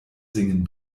singen